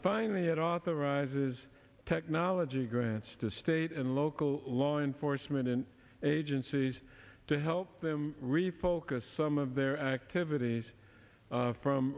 finally it authorizes technology grants to state and local law enforcement agencies to help them refocus some of their activities from